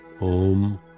Om